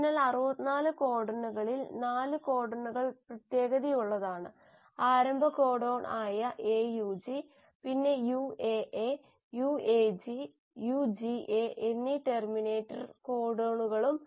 അതിനാൽ 64 കോഡണുകളിൽ 4 കോഡണുകൾ പ്രത്യേകതയുള്ളതാണ് ആരംഭ കോഡൺ ആയ AUG പിന്നെ UAA UAG UGA എന്നീ ടെർമിനേറ്റർ കോഡണുകളും